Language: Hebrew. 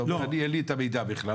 אתה אומר אני אין לי את המידע בכלל